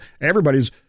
everybody's